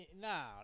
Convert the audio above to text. Nah